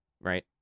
right